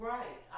Right